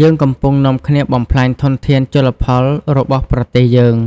យើងកំពុងនាំគ្នាបំផ្លាញធនធានជលផលរបស់ប្រទេសយើង។